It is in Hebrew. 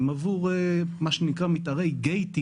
זה עבור מה שנקרא מתארי Gating